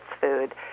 food